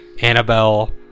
Annabelle